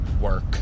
work